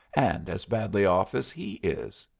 and as badly off as he is.